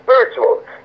spiritual